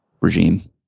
regime